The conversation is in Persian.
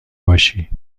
باشی